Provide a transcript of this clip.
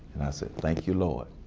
and i said, thank you, lord.